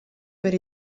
per